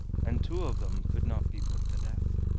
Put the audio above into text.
and two of them could not be put to death,